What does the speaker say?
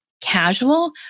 casual